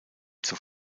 zur